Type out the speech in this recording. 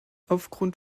aufgrund